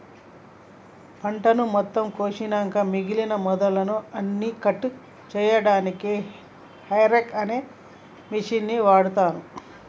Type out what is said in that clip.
పంటను మొత్తం కోషినంక మిగినన మొదళ్ళు అన్నికట్ చేశెన్దుకు హేరేక్ అనే మిషిన్ని వాడుతాన్రు